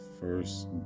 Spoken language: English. first